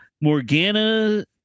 Morgana